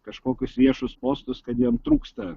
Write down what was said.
kažkokius viešus postus kad jam trūksta